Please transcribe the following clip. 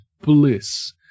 bliss